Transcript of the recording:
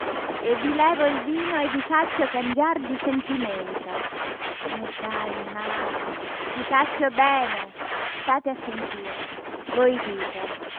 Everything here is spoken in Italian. e vi levo il vino e vi faccio cangiar di sentimento i fai male i faccio bene state a sentire voi dite